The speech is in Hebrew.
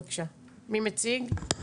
בבקשה, מי מציג?